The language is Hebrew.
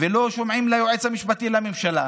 ולא שומעים ליועץ המשפטי לממשלה,